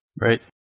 Right